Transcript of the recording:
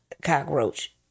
cockroach